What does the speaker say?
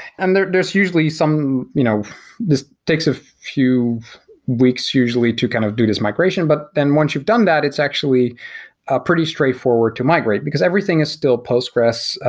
and there's there's usually some you know this takes a few weeks usually to kind of do this migration, but then once you've done that, it's actually a pretty straightforward to migrate, because everything is still postgres.